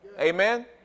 Amen